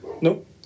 Nope